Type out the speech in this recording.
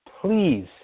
please